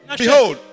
behold